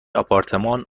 آپارتمان